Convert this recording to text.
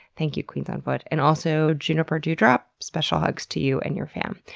thank you qeetsonfoot. and also, juniperdewdrop, special hugs to you and your fam.